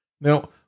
Now